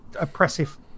oppressive